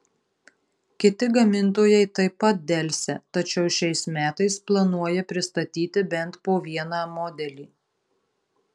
kiti gamintojai taip pat delsia tačiau šiais metais planuoja pristatyti bent po vieną modelį